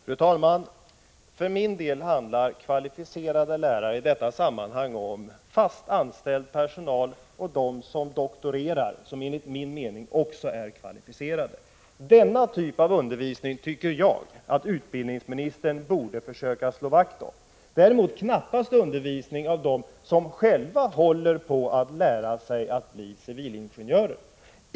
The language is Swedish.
Fru talman! För min del handlar det när det gäller ”kvalificerade lärare” i detta sammanhang om fast anställd personal och dem som doktorerar, vilka enligt min mening också är kvalificerade. Denna typ av undervisning tycker jag att utbildningsministern borde försöka slå vakt om. Det gäller däremot knappast den undervisning som sker med hjälp av dem som själva håller på att lära sig till civilingenjörer.